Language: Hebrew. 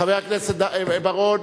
חבר הכנסת בר-און.